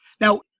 Now